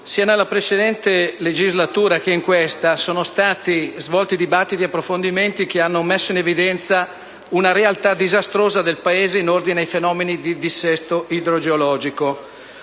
sia nella precedente legislatura che in questa sono stati svolti dibattiti ed approfondimenti che hanno messo in evidenza una realtà disastrosa del Paese in ordine ai fenomeni di dissesto idrogeologico.